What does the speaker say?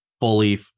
fully